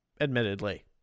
Admittedly